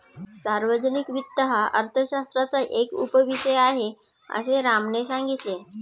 सार्वजनिक वित्त हा अर्थशास्त्राचा एक उपविषय आहे, असे रामने सांगितले